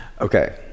Okay